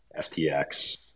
FTX